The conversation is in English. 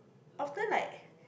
often like